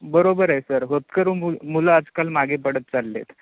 बरोबरए sir होतकरू मुलं आजकाल मागे पडत चाललेत